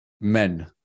men